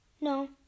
no